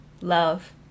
love